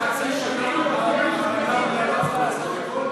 במשך חצי שנה היא לא יכלה לעשות הכול?